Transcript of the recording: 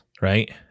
right